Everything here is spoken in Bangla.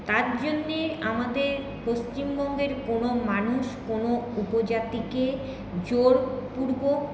তার জন্যে আমাদের পশ্চিমবঙ্গের কোনো মানুষ কোনো উপজাতিকে জোরপূর্বক